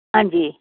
हां जी